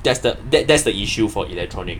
that's the that's the issue for electronic